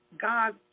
God